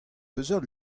peseurt